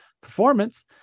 performance